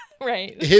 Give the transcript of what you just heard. Right